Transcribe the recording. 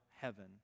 heaven